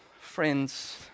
Friends